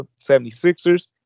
76ers